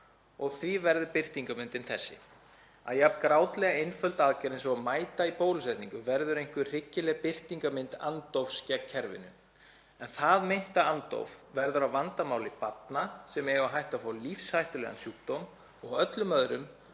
og því verði birtingarmyndin þessi, að jafn grátlega einföld aðgerð eins og að mæta í bólusetningu verður einhver hryggileg birtingarmynd andófs gegn kerfinu. En það meinta andóf verður að vandamáli barna sem eiga á hættu að fá lífshættulegan sjúkdóm og öllum öðrum,